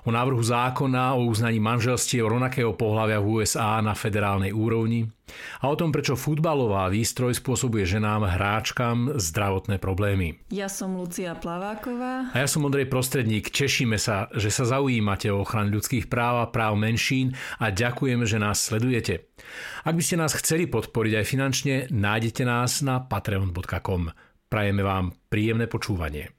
O návrhu zákona o uznaní manželstiev rovnakého pohlavia v USA na federálnej úrovni a o tom, prečo futbalová výstroj spôsobuje ženám, hráčkam zdravotné problémy. Ja som Lucia Plaváková. A ja som Ondrej Prostredník. Tešíme sa, že sa zaujímate o ochranu ľudských práv a práv menšín a ďakujem, že nás sledujete. Ak by ste nás chceli podporiť aj finančne, nájdete nás na patreon.com. Prajeme vám príjemné počúvanie.